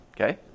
Okay